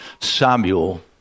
Samuel